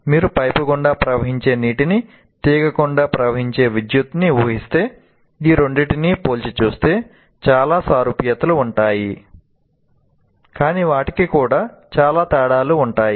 మీరు పైపు గుండా ప్రవహించే నీటిని తీగ గుండా ప్రవహించే విద్యుత్ ని ఊహిస్తే ఈ రెండింటినీ పోల్చి చూస్తే చాలా సారూప్యతలు ఉంటాయి కానీ వాటికి కూడా చాలా తేడాలు ఉంటాయి